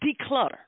declutter